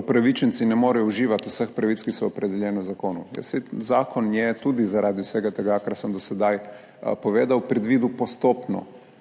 upravičenci ne morejo uživati vseh pravic, ki so opredeljene v zakonu, saj zakon je tudi zaradi vsega tega, kar sem do sedaj povedal, predvidel postopno